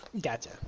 Gotcha